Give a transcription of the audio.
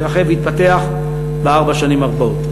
יתרחב ויתפתח בארבע השנים הבאות.